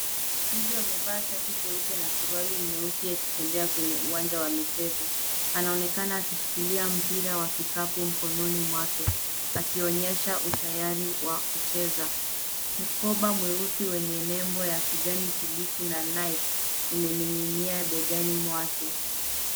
Mtu amevaa shati jeupe na suruali nyeusi akitembea kwenye uwanja wa michezo. Anaonekana akishikilia mpira wa kikapu mkononi mwake, akionyesha utayari wa kucheza. Mkoba mweusi wenye nembo ya kijani kibichi na Nike umening'inia begani mwake.